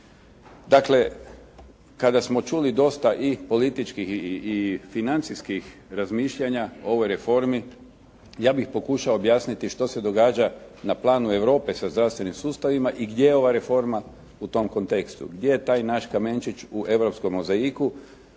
Dakle kada smo čuli dosta i političkih i financijskih razmišljanja o ovoj reformi ja bih pokušao objasniti što se događa na planu Europe sa zdravstvenim sustavima i gdje je ova reforma u tom kontekstu? Gdje je taj naš kamenčić u europskom mozaiku?